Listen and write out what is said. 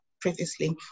previously